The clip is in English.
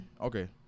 okay